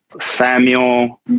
Samuel